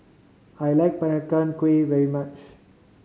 I like Peranakan Kueh very much